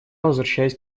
возвращаюсь